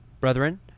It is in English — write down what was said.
brethren